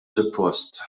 suppost